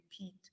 repeat